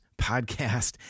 podcast